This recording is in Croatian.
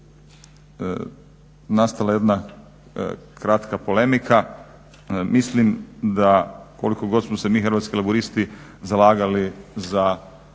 nastala je jedna kratka polemika, mislim koliko god smo se mi Hrvatski laburisti zalagali za